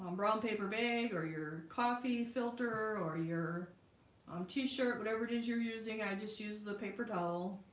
um brown paper bag or your coffee filter or your um t-shirt? whatever it is you're using i just use the paper towel